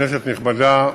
כנסת נכבדה,